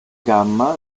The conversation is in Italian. gamma